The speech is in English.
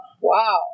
Wow